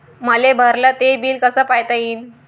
मले भरल ते बिल कस पायता येईन?